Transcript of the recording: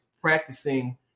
practicing